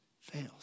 fails